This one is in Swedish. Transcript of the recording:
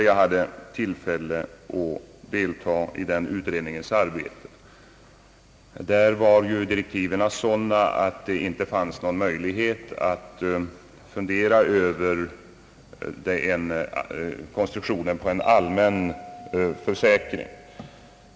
Jag hade tillfälle att delta i den utredningens arbete, vars direktiv var sådana att det inte fanns någon möjlighet att överväga konstruktionen av en allmän försäkring.